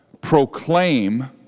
proclaim